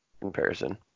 Comparison